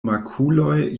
makuloj